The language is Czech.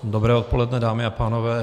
Dobré odpoledne, dámy a pánové.